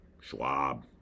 Schwab